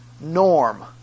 norm